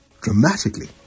dramatically